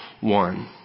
one